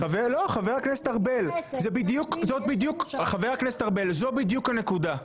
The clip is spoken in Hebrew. לא חבר הכנסת ארבל, זו בדיוק הנקודה,